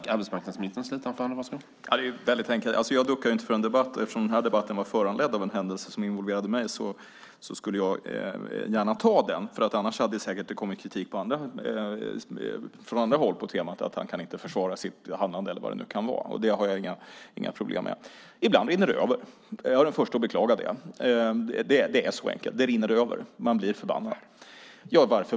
Herr talman! Det är enkelt. Jag duckar inte för en debatt, och eftersom den här debatten är föranledd av en händelse som involverar mig ville jag gärna ta den. Annars hade det säkert kommit kritik från andra håll på temat att han inte kan försvara sitt handlande eller vad det nu kan vara. Det har jag inga problem med. Ibland rinner det över. Jag är den förste att beklaga det. Det är så enkelt. Det rinner över. Man blir förbannad. Varför?